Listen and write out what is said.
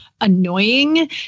annoying